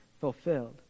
fulfilled